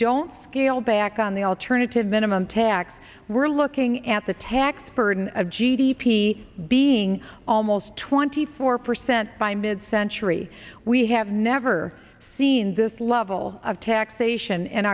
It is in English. don't scale back on the alternative minimum tax we're looking at the tax burden of g d p being almost twenty four percent by mid century we have never seen this level of taxation